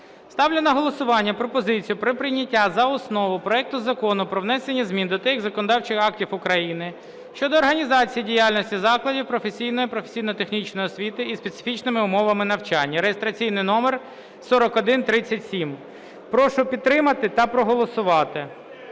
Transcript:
Ставлю на голосування пропозицію про прийняття за основу проекту Закону про внесення змін до деяких законодавчих актів України щодо організації діяльності закладів професійної (професійно-технічної освіти) із специфічними умовами навчання (реєстраційний номер 4137). Прошу підтримати та проголосувати.